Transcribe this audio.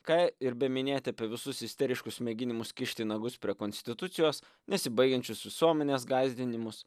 ką ir beminėti apie visus isteriškus mėginimus kišti nagus prie konstitucijos nesibaigiančius visuomenės gąsdinimus